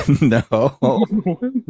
No